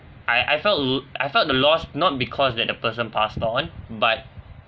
I I felt l~ I felt the loss not because that the person passed on but